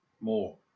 more